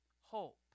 hope